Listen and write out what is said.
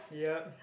yup